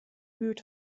buurt